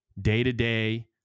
day-to-day